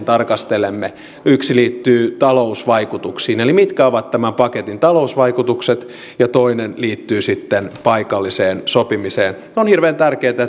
tarkastelemme yksi liittyy talousvaikutuksiin eli siihen mitkä ovat tämän paketin talousvaikutukset ja toinen liittyy sitten paikalliseen sopimiseen on hirveän tärkeätä